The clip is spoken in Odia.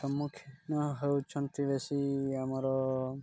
ସମ୍ମୁଖୀନ ହେଉଛନ୍ତି ବେଶୀ ଆମର